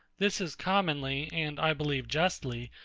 this is commonly, and i believe justly,